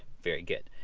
very good.